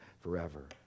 forever